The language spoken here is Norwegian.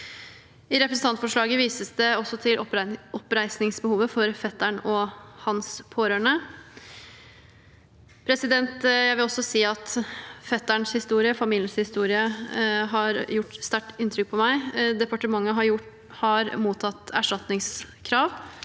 I representantforslaget vises det til oppreisningsbehovet for fetteren og hans pårørende. Jeg vil også si at fetterens historie og familiens historie har gjort sterkt inntrykk på meg. Departementet har mottatt erstatningskrav